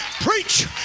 Preach